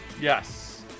Yes